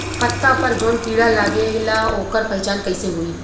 पत्ता पर जौन कीड़ा लागेला ओकर पहचान कैसे होई?